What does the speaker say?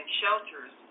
shelters